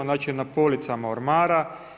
Znači na policama ormara.